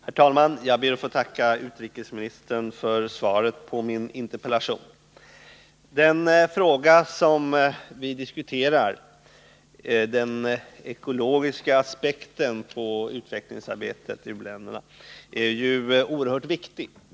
Herr talman! Jag ber att få tacka utrikesministern för svaret på min interpellation. Den fråga som vi diskuterar, den ekologiska aspekten på utvecklingsarbetet i u-länderna, är ju oerhört viktig.